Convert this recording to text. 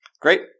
Great